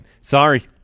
sorry